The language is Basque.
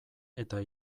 eta